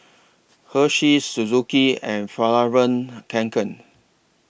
Hersheys Suzuki and Fjallraven Kanken